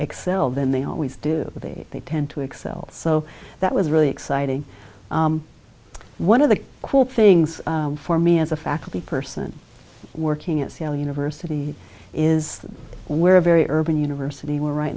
excel then they always do that they tend to excel so that was really exciting one of the cool things for me as a faculty person working at c l university is where a very urban university we're right